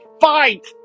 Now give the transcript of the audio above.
Fight